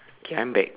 okay I'm back